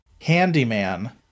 Handyman